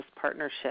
Partnership